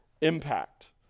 impact